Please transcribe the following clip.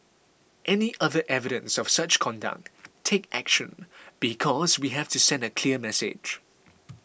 any other evidence of such conduct take action because we have to send a clear message